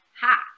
ha